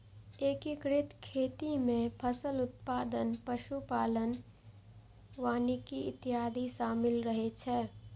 एकीकृत खेती मे फसल उत्पादन, पशु पालन, वानिकी इत्यादि शामिल रहै छै